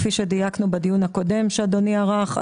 כפי שדייקנו בדיון הקודם שאדוני ערך,